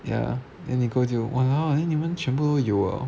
ya then nicole 就 !walao! then 你们全部都有 liao